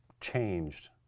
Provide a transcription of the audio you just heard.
changed